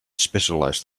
specialized